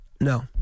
No